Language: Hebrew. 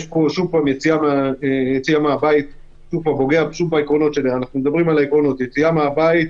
יש פה יציאה מהבית וזה פוגע בעקרונות שאנחנו מדברים עליהם: יציאה מהבית,